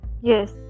Yes